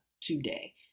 today